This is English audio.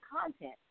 content